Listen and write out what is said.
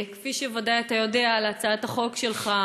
כפי שבוודאי אתה יודע, על הצעת החוק שלך,